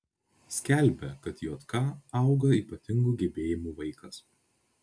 skelbia kad jk auga ypatingų gebėjimų vaikas